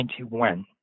1991